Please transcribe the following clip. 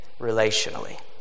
relationally